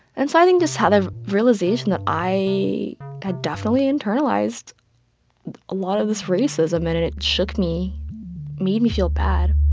and so i think this had a realization that i had definitely internalized a lot of this racism. and it it shook me made me feel bad